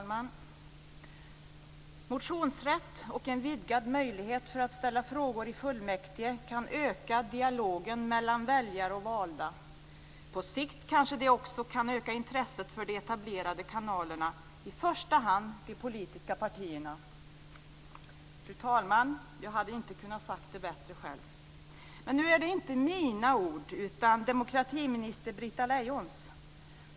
Fru talman! Motionsrätt och en vidgad möjlighet att ställa frågor i fullmäktige kan öka dialogen mellan väljare och valda. På sikt kanske det också kan öka intresset för de etablerade kanalerna, i första hand de politiska partierna. Fru talman! Jag hade inte kunnat säga det bättre själv. Men nu är det inte mina ord, utan demokratiminister Britta Lejons.